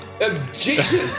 Objection